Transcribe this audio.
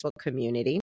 community